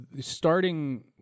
starting